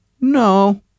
no